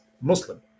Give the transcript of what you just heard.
Muslim